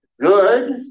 good